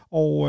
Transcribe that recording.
og